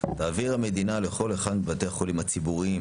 תעביר המדינה לכל אחד מבתי החולים הציבוריים